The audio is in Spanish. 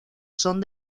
son